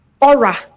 aura